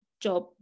job